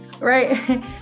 Right